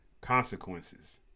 consequences